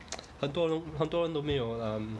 很多人很多人都没有 um